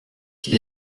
quai